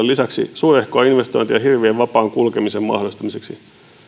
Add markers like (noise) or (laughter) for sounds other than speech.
(unintelligible) lisäksi suurehkoa investointia hirvien vapaan kulkemisen mahdollistamiseksi